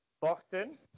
Boston